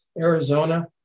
Arizona